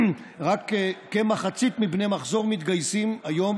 רק כמחצית מבני מחזור מתגייסים היום